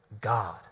God